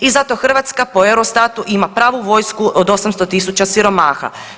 I zato Hrvatska po Eurostatu ima pravu vojsku od 800.000 siromaha.